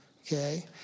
okay